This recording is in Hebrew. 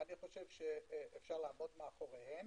אני חושב שניתן לעמוד מאחוריהן.